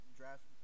draft